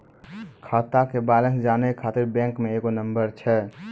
खाता के बैलेंस जानै ख़ातिर बैंक मे एगो नंबर छै?